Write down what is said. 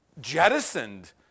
jettisoned